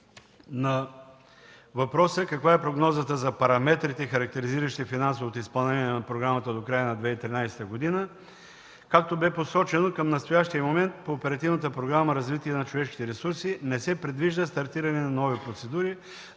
на въпроса каква е прогнозата за параметрите, характеризиращи финансовото изпълнение на програмата до края на 2013 г. – както бе посочено, към настоящия момент по Оперативна програма „Развитие на човешките ресурси” не се предвижда стартиране на нови процедури